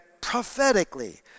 prophetically